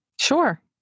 Sure